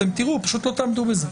אתם תראו, פשוט לא תעמדו בזה.